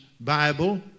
Bible